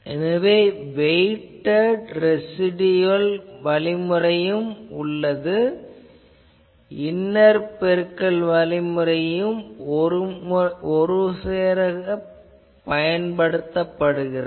எனவே weighted residual வழிமுறையும் inner பெருக்கல் முறையும் ஒரு சேர உபயோகிக்கப்படுகிறது